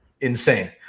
insane